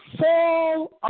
fall